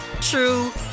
true